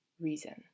reason